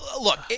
Look